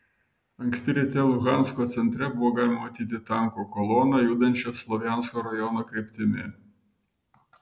anksti ryte luhansko centre buvo galima matyti tankų koloną judančią slovjansko rajono kryptimi